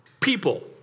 people